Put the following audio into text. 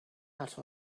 out